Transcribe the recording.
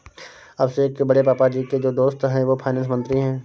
अभिषेक के बड़े पापा जी के जो दोस्त है वो फाइनेंस मंत्री है